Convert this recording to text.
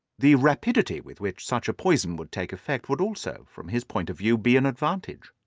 the rapidity with which such a poison would take effect would also, from his point of view, be an advantage.